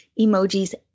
emojis